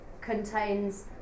contains